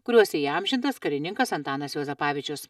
kuriuose įamžintas karininkas antanas juozapavičius